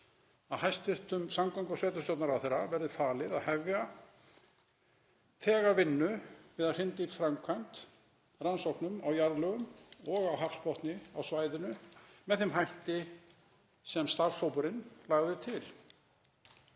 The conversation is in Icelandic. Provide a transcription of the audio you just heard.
til að samgöngu- og sveitarstjórnarráðherra verði falið að hefja þegar vinnu við að hrinda í framkvæmd rannsóknum á jarðlögum og hafsbotni á svæðinu með þeim hætti sem starfshópurinn lagði til.